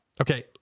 Okay